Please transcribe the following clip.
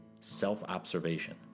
self-observation